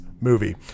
movie